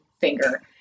finger